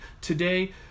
today